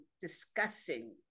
discussing